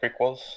prequels